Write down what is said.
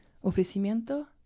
ofrecimiento